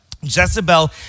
Jezebel